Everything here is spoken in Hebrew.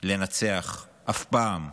לנצח אף פעם.